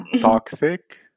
toxic